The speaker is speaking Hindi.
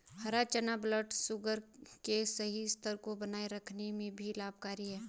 हरा चना ब्लडशुगर के सही स्तर को बनाए रखने में भी लाभकारी है